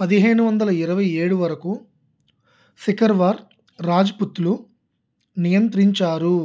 పదిహేను వందల ఇరవై ఏడు వరకు సికర్వార్ రాజ్పుత్లు నియంత్రించారు